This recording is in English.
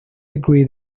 agree